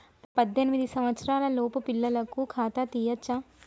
పద్దెనిమిది సంవత్సరాలలోపు పిల్లలకు ఖాతా తీయచ్చా?